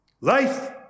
Life